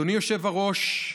אדוני היושב-ראש,